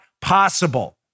possible